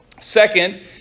Second